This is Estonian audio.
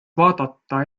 vaadata